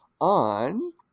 on